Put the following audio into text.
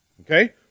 Okay